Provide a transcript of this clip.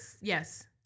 yes